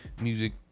music